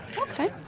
Okay